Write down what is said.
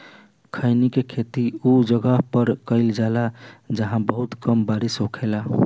खईनी के खेती उ जगह पर कईल जाला जाहां बहुत कम बारिश होखेला